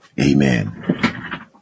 Amen